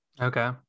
Okay